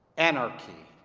anarchy